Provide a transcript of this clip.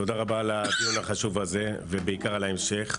תודה רבה על הדיון החשוב הזה ובעיקר על ההמשך.